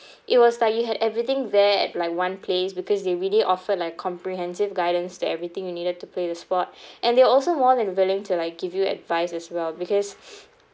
it was like you had everything there at like one place because they really offer like comprehensive guidance to everything you needed to play the sport and they also more than willing to like give you advice as well because